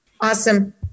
Awesome